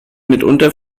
mitunter